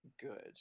good